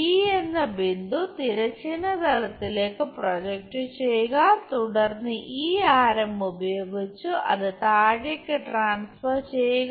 D എന്ന ബിന്ദു തിരശ്ചീന തലത്തിലേക്ക് പ്രോജക്റ്റ് ചെയ്യുക തുടർന്ന് ഈ ആരം ഉപയോഗിച്ച് അത് താഴേക്ക് ട്രാൻസ്ഫർ ചെയ്യുക